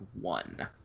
one